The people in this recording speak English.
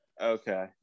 Okay